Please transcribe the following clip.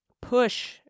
push